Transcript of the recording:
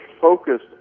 focused